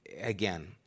again